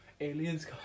Aliens